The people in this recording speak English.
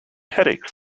headaches